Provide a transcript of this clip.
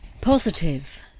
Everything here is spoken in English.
Positive